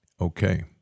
Okay